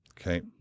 Okay